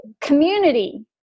community